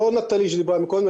לא נטלי שדיברה קודם,